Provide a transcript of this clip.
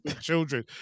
Children